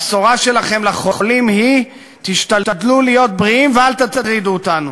הבשורה שלכם לחולים היא: תשתדלו להיות בריאים ואל תטרידו אותנו.